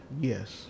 Yes